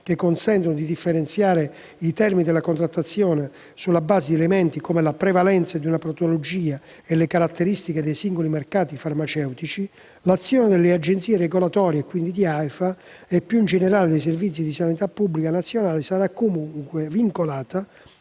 che consentano di differenziare i termini della contrattazione sulla base di elementi come la prevalenza di una patologia e le caratteristiche dei singoli mercati farmaceutici, l'azione delle agenzie regolatorie (quindi di AIFA) e, più in generale, dei servizi di sanità pubblica nazionali sarà comunque vincolata